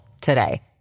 today